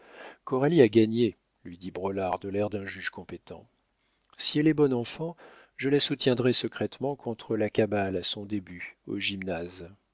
a gagné lui dit braulard de l'air d'un juge compétent si elle est bonne enfant je la soutiendrai secrètement contre la cabale à son début au gymnase